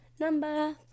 Number